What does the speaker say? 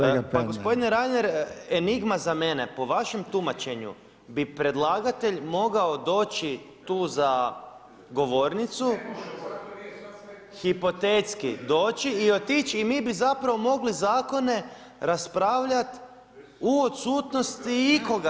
Pa gospodine Reiner, enigma za mene, po vašem tumačenu bi predlagatelj mogao doći tu za govornicu, hipotetski doći i otići i mi bi zapravo mogli zakone raspravljati u odsutnosti ikoga.